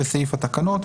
בסעיף התקנות,